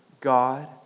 God